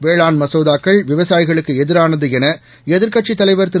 வேளாண் மசோதாக்கள் விவசாயிகளுக்கு எதிரானது என எதிர்க்கட்சித் தலைவர் திரு